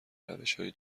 روشهای